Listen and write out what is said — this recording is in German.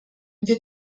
wir